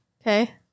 Okay